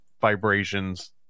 vibrations